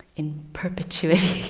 in perpetuity.